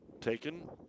taken